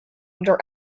under